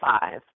five